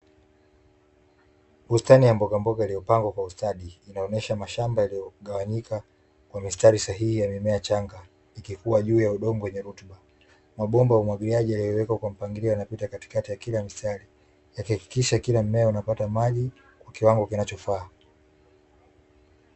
Bustani ya mbogamboga iliyopandwa kwa ustadi ikionyesha mashamba yaliyogawanyika kwa mistari sahihi ya mimea changa ilikuwa juu ya ardhi yenye rutuba mabomba ya umwagiliaji yaliyowekwa kwa mpangilio yanapita katikati ya Kila mstari yakihakikisha kila mmea unapata maji kwa kiwango kinachofaa.